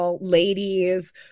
ladies